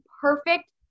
perfect